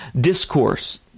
discourse